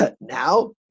Now